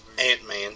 Ant-Man